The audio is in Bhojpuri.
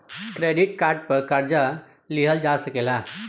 क्रेडिट कार्ड पर कर्जा लिहल जा सकेला